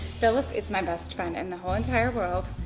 philip is my best friend in the whole entire world.